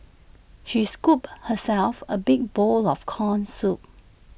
she scooped herself A big bowl of Corn Soup